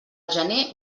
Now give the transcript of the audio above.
gener